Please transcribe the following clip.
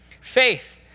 Faith